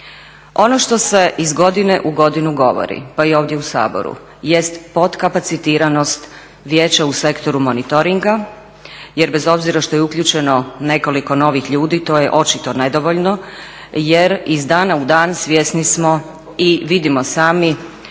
Ono što se iz godine u godinu govori, pa i ovdje u Saboru, jest potkapacitiranost vijeća u sektoru monitoringa jer bez obzira što je uključeno nekoliko novih ljudi to je očito nedovoljno jer iz dana u dan svjesni smo i vidimo sami